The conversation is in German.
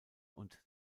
und